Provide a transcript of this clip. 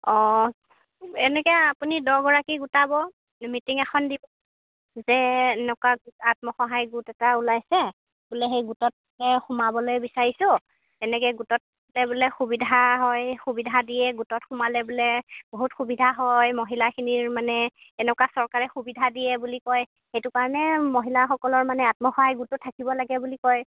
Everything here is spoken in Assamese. অঁ এনেকৈ আপুনি দহগৰাকী গোটাব মিটিং এখন দিব যে এনেকুৱা আত্মসহায়ক গোট এটা ওলাইছে বোলে সেই গোটত সোমাবলৈ বিচাৰিছোঁ এনেকৈ গোটত বোলে সুবিধা হয় সুবিধা দিয়ে গোটত সোমালে বোলে বহুত সুবিধা হয় মহিলাখিনিৰ মানে এনেকুৱা চৰকাৰে সুবিধা দিয়ে বুলি কয় সেইটো কাৰণে মহিলাসকলৰ মানে আত্মসহায়ক গোটটো থাকিব লাগে বুলি কয়